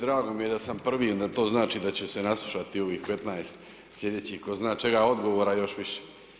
Drago mi je da sam prvi onda to znači da ću se naslušati ovih 15 sljedećih ko zna čega, a odgovora još više.